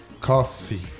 coffee